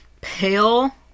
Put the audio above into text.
Pale